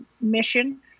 mission